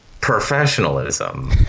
professionalism